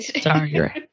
Sorry